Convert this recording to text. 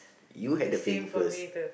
you had the feeling first